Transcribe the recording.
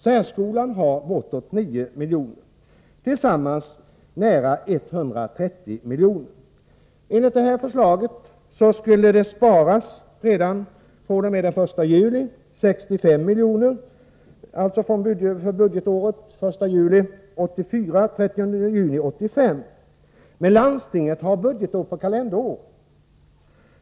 Särskolan får bortemot 9 milj.kr. Totalt blir det nästan 130 milj.kr. Enligt moderaternas förslag skulle besparingar på 65 milj.kr. göras redan fr.o.m. den 1 juli — alltså för budgetåret 1984/85, fr.o.m. den 1 juli 19841. o. m. den 30 juni 1985. Men landstingens budgetår löper per kalenderår.